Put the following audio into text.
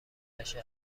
نشه